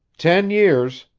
ten years,